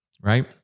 right